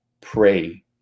pray